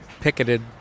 picketed